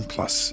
Plus